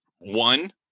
one